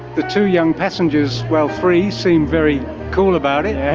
the two young passengers, well, three, seem very cool about it. it